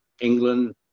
England